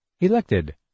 Elected